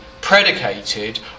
predicated